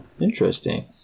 Interesting